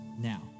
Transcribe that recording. now